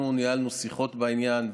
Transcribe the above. אנחנו ניהלנו שיחות בעניין,